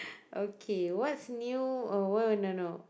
okay what's new oh what would you know